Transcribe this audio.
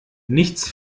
nichts